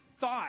thought